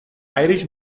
irish